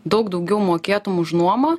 daug daugiau mokėtum už nuomą